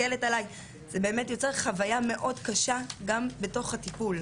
תודה רבה לך.